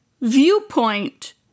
viewpoint